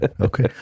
Okay